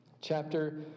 chapter